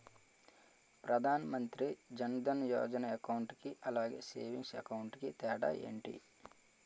Pradhan Mantri Jan Dhan Yojana account కి అలాగే savings account కి తేడా ఏంటి?